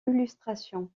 illustrations